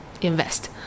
Invest